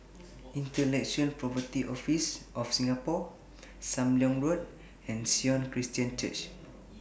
Intellectual Property Office of Singapore SAM Leong Road and Sion Christian Church